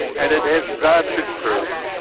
and it has not been proved,